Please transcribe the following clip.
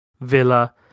Villa